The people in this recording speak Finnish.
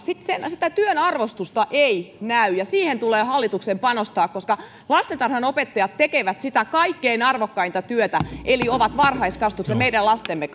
sitä työn arvostusta ei näy siihen tulee hallituksen panostaa koska lastentarhanopettajat tekevät sitä kaikkein arvokkainta työtä eli ovat varhaiskasvatuksessa meidän lastemme